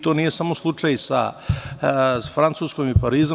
To nije samo slučaj sa Francuskom i Parizom.